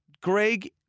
Greg